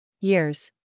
Years